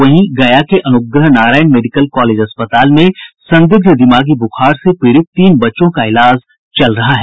वहीं गया के Anugrah Narayan Magadh medical college अस्पताल में संदिग्ध दिमागी बुखार से पीड़ित तीन बच्चों का इलाज चल रहा है